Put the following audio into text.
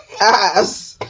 ass